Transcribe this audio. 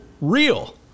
Real